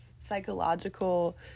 psychological